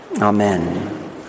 Amen